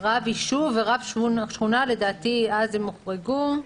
רב יישוב ורב שכונה, לדעתי, אז הם הוחרגו.